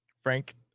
Frank